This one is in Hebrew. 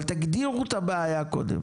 אבל תגדירו את הבעיה קודם.